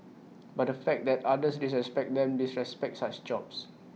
but the fact that others disrespect them disrespect such jobs